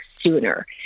sooner